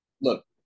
look